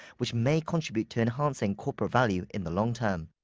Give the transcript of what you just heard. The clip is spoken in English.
which may contribute to enhancing corporate value in the long term.